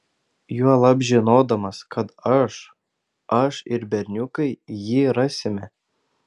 juolab žinodamas kad aš aš ir berniukai jį rasime